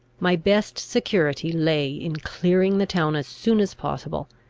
my best security lay in clearing the town as soon as possible,